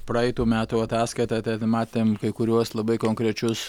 praeitų metų ataskaitą matėm kai kuriuos labai konkrečius